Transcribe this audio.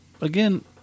again